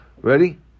Ready